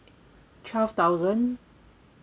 twelve thousand